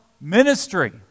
ministry